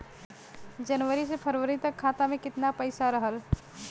जनवरी से फरवरी तक खाता में कितना पईसा रहल?